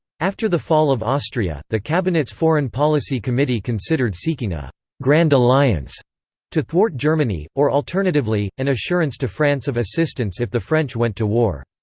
after the fall of austria, the cabinet's foreign policy committee considered seeking a grand alliance to thwart germany, or alternatively, an assurance to france of assistance if the french went to war.